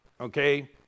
okay